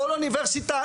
כל אוניברסיטה,